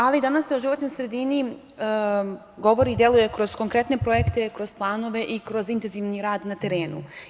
Ali, danas se o životnoj sredini govori i deluje kroz konkretne projekte, kroz planove i kroz intenzivni rad na terenu.